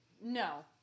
no